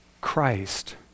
Christ